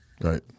Right